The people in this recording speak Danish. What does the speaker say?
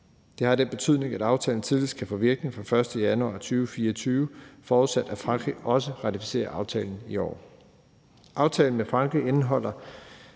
Det har den betydning, at aftalen tidligst kan få virkning fra den 1. januar 2024, forudsat at Frankrig også ratificerer aftalen i år.